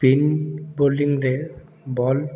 spin ବୋଲିଂରେ ball